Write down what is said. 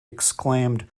exclaimed